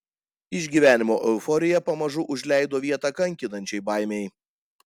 išgyvenimo euforija pamažu užleido vietą kankinančiai baimei